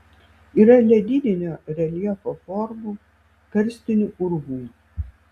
yra ledyninio reljefo formų karstinių urvų